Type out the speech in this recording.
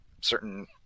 certain